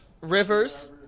Rivers